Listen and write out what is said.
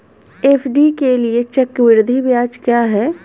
FD के लिए चक्रवृद्धि ब्याज क्या है?